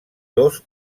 dos